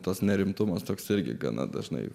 tas nerimtumas toks irgi gana dažnai